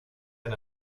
han